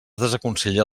desaconsella